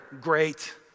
Great